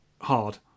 hard